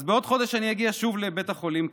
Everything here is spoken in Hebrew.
אז בעוד חודש אני אגיע שוב לבית החולים פוריה,